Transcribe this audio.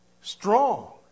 strong